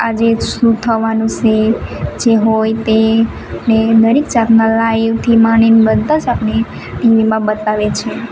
આજે શું થવાનું છે જે હોય તે ને ઘણી જાતના લાઈવથી માંડીને બધા જ આપણે ટીવીમાં બતાવે છે